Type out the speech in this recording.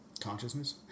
Consciousness